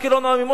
עמי משה,